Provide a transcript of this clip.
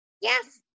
Yes